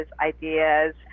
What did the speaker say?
ideas